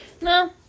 No